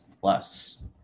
Plus